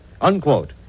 Unquote